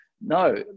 No